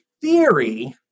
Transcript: theory